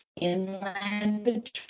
Inland